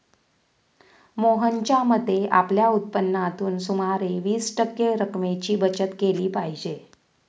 मोहनच्या मते, आपल्या उत्पन्नातून सुमारे वीस टक्के रक्कमेची बचत केली पाहिजे